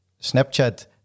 Snapchat